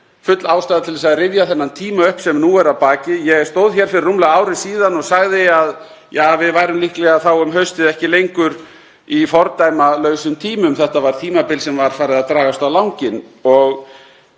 full ástæða til að rifja upp þennan tíma sem nú er að baki. Ég stóð hér fyrir rúmlega ári síðan og sagði að við værum líklega þá um haustið ekki lengur í fordæmalausum tímum. Þetta var tímabil sem var farið að dragast á langinn og